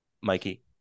Mikey